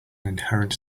inherent